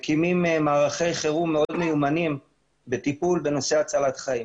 מקימים מערכי חירום מאוד מיומנים בטיפול בנושא הצלת חיים.